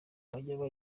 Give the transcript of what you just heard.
bajya